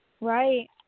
Right